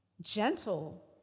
gentle